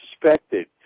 suspected